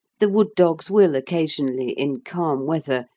the wood-dogs will occasionally, in calm weather,